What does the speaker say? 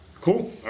Cool